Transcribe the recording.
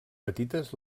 petites